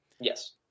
yes